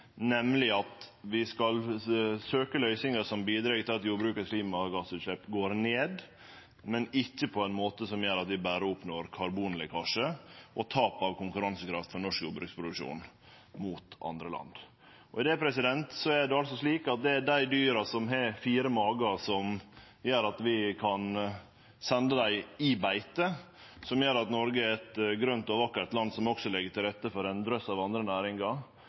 går ned, men ikkje på ein måte som gjer at vi berre oppnår karbonlekkasje og tap av konkurransekraft for norsk jordbruksproduksjon mot andre land. Det er altså slik at det er dei dyra som har fire magar som gjer at vi kan sende dei på beite, som gjer at Noreg er eit grønt og vakkert land, som også legg til rette for ein drøss av andre næringar.